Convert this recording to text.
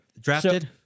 drafted